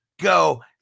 Go